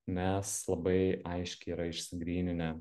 nes labai aiškiai yra išsigryninę